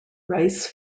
rice